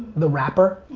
the rapper.